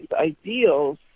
ideals